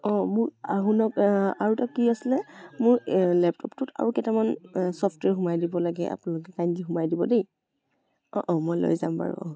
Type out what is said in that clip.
অ' মোৰ শুনক আৰু এটা কি আছিলে মোৰ লেপটপটোত আৰু কেইটামান চফ্টৱে'ৰ সোমাই দিব লাগে আপোনালোকে কাইণ্ডলি সোমাই দিব দেই অঁ অঁ মই লৈ যাম বাৰু